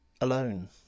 alone